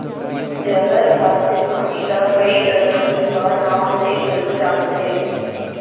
जहरबाद बेमारी ल कइ डहर सूजवा नांव ले घलौ जानथें